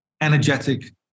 energetic